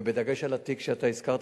ובדגש על התיק שאתה הזכרת,